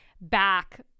back